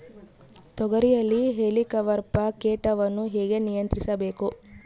ತೋಗರಿಯಲ್ಲಿ ಹೇಲಿಕವರ್ಪ ಕೇಟವನ್ನು ಹೇಗೆ ನಿಯಂತ್ರಿಸಬೇಕು?